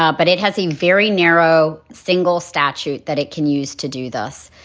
ah but it has a very narrow single statute that it can use to do this,